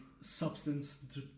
substance